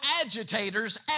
agitators